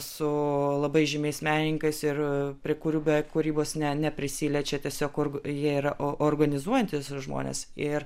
su labai žymiais menininkais ir prie kurių be kūrybos ne neprisiliečia tiesiog kur jie yra organizuojantys žmonės ir